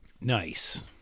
Nice